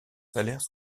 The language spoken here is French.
salaires